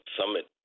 Summit